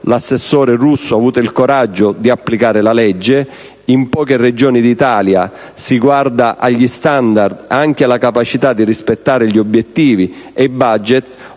l'assessore Russo ha avuto il coraggio di applicare la legge. In poche Regioni d'Italia si guarda agli *standard* e alla capacità di rispettare gli obiettivi e il *budget*.